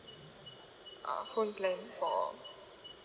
uh phone plan for